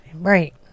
Right